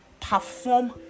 perform